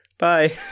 Bye